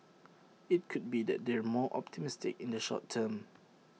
IT could be that they're more optimistic in the short term